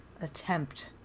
attempt